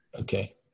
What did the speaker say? Okay